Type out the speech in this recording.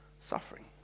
suffering